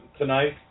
tonight